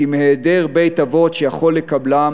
כי אם היעדר בית-אבות שיכול לקבלם